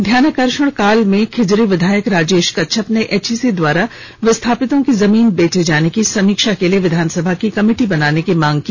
ध्यानाकर्षण काल में खिजरी विधायक राजेश कच्छप ने एचइसी द्वारा विस्थापितों की जमीन बेचे जाने की समीक्षा के लिए विधानसभा की कमिटी बनाने की मांग की